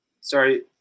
Sorry